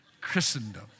Christendom